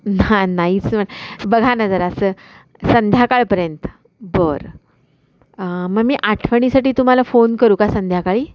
ना नाहीच बघा ना जरासं संध्याकाळपर्यंत बरं मग मी आठवणीसाठी तुम्हाला फोन करू का संध्याकाळी